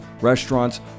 restaurants